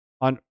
on